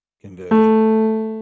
conversion